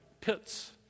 pits